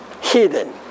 hidden